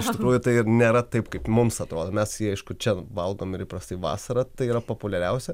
iš tikrųjų tai ir nėra taip kaip mums atrodo mes jau aišku čia valgom ir įprastai vasarą tai yra populiariausia